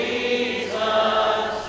Jesus